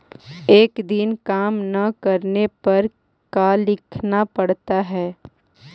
एक दिन काम न करने पर का लिखना पड़ता है?